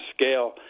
scale